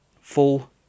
full